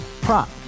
Prop